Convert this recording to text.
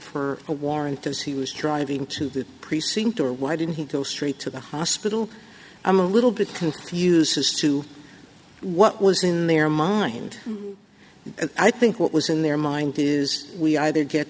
for a warrant as he was driving to the precinct or why didn't he go straight to the hospital i'm a little bit confused as to what was in their mind and i think what was in their mind is we either get